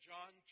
John